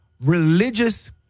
religious